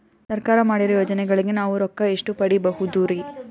ಸರ್ಕಾರ ಮಾಡಿರೋ ಯೋಜನೆಗಳಿಗೆ ನಾವು ರೊಕ್ಕ ಎಷ್ಟು ಪಡೀಬಹುದುರಿ?